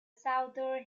souther